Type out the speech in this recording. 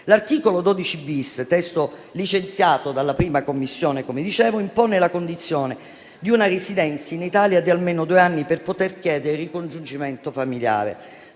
L'articolo 12-*bis,* nel testo licenziato dalla 1a Commissione, impone la condizione di una residenza in Italia di almeno due anni per poter chiedere il ricongiungimento familiare.